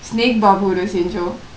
snake babu சென்ஜோம்:senjom